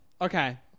Okay